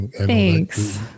Thanks